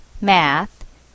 math